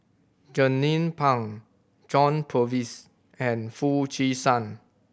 Jernnine Pang John Purvis and Foo Chee San